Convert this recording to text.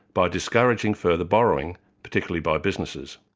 by discouraging further borrowing, particularly by businesses.